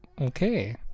Okay